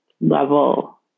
level